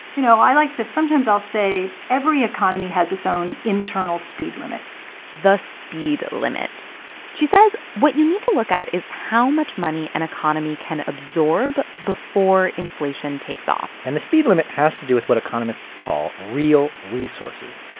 you know, i like to sometimes i'll say, every economy has its own internal speed limit the speed limit she says what you need to look at is how much money an economy can absorb before inflation takes off and the speed limit has to do with what economists call real resources.